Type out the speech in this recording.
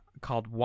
called